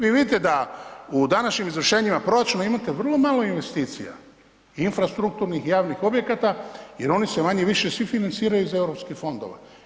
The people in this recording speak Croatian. Vi vidite da u današnjim izvršenjima proračuna imate vrlo malo investicija, infrastrukturnih javnih objekata jer oni se manje-više svi financiraju iz europskih fondova.